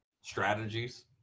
strategies